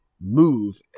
move